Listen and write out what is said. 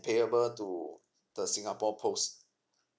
payable to the singapore post